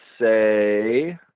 say